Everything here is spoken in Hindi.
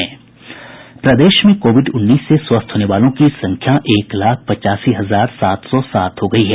प्रदेश में कोविड उन्नीस से स्वस्थ होने वालों की संख्या एक लाख पचासी हजार सात सौ सात हो गयी है